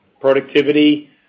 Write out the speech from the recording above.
productivity